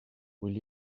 will